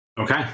Okay